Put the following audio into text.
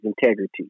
integrity